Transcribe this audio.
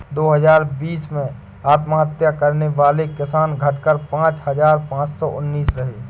दो हजार बीस में आत्महत्या करने वाले किसान, घटकर पांच हजार पांच सौ उनासी रहे